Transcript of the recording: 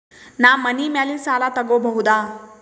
ನಾ ಮನಿ ಮ್ಯಾಲಿನ ಸಾಲ ತಗೋಬಹುದಾ?